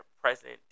present